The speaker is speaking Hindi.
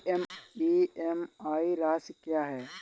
ई.एम.आई राशि क्या है?